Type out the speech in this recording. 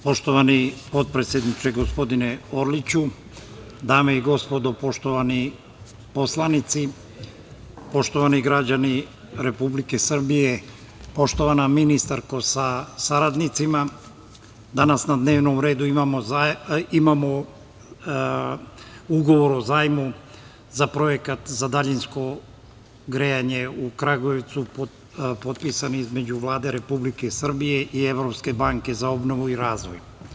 Poštovani potpredsedniče gospodine Orliću, dame i gospodo poštovani poslanici, poštovani građani Republike Srbije, poštovana ministarko sa saradnicima, danas na dnevnom redu imamo ugovor u zajmu za projekat za daljinsko grejanje u Kragujevcu, potpisan između Vlade Republike Srbije i Evropske banke za obnovu i razvoj.